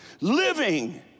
living